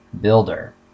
builder